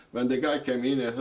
when the guy came in,